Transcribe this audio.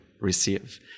receive